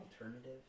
alternative